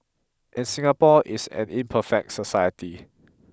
and Singapore is an imperfect society